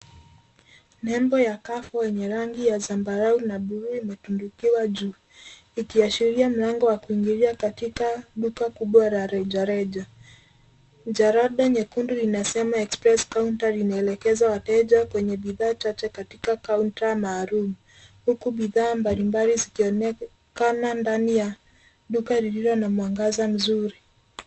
Nembo ya kafu wenye rangi ya zambarau na buluu imetundikiwa juu ikiashiria mlango wa kuingilia katika duka kubwa la rejareja. Jalada nyekundu linasema express counter linaelekezwa wateja kwenye bidhaa chache katika kaunta maalum huku bidhaa mbalimbali zikionekana ndani ya duka lililo na mwangaza mzuri.